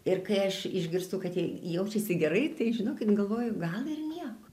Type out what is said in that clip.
ir kai aš išgirstu kad jie jaučiasi gerai tai žinokit galvoju gal ir nieko